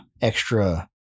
extra